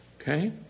okay